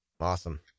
Awesome